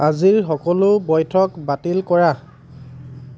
আজিৰ সকলো বৈঠক বাতিল কৰা